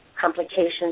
complications